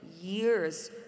years